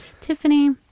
Tiffany